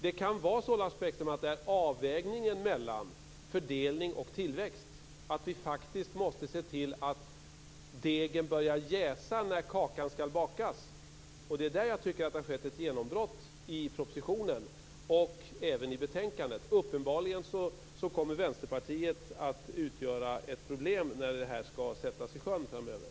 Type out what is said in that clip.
Det kan vara så, Lars Bäckström, att det handlar om en avvägning mellan fördelning och tillväxt, dvs. att vi faktiskt måste se till att degen börjar jäsa när kakan skall bakas. Det är där jag tycker att det har skett ett genombrott i propositionen och även i betänkandet. Uppenbarligen kommer Vänsterpartiet att utgöra ett problem när det här skall sättas i sjön framöver.